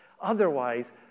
Otherwise